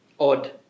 odd